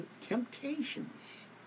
temptations